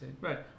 right